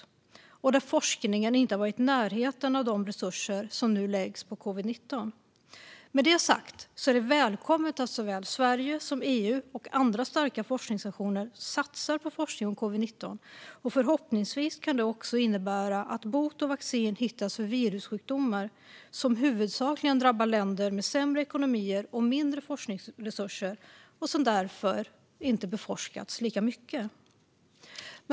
Forskningen om dem har inte varit i närheten av att få de resurser som nu läggs på covid-19. Med det sagt är det välkommet att såväl Sverige som EU och andra starka forskningsnationer satsar på forskning om covid-19, och förhoppningsvis kan det också innebära att bot och vaccin hittas för virussjukdomar som huvudsakligen drabbar länder med sämre ekonomier och mindre forskningsresurser och som därför inte beforskats lika mycket.